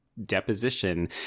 deposition